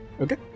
Okay